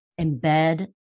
Embed